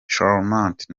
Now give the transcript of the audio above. charmant